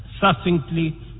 succinctly